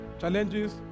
Challenges